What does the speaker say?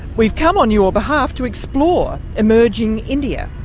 we've come on your behalf to explore emerging india.